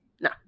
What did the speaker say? No